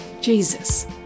Jesus